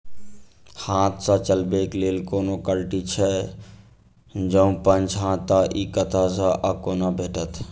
हाथ सऽ चलेबाक लेल कोनों कल्टी छै, जौंपच हाँ तऽ, इ कतह सऽ आ कोना भेटत?